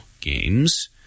Games